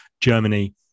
Germany